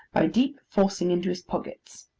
by deep forcing into his pockets.